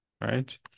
right